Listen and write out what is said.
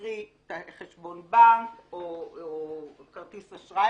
קרי: חשבון בנק או כרטיס אשראי